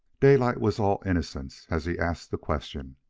daylight was all innocence as he asked the question,